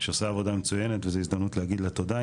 שעושה עבודה מצוינת וזו הזדמנות להגיד לה תודה.